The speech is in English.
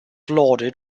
lauded